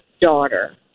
daughter